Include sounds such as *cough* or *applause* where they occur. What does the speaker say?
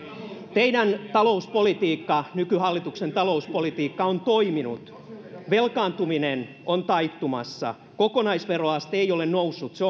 teidän talouspolitiikkanne nykyhallituksen talouspolitiikka on toiminut velkaantuminen on taittumassa kokonaisveroaste ei ole noussut se *unintelligible*